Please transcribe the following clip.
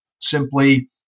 simply